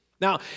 Now